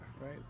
right